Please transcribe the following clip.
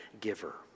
giver